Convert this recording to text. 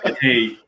Hey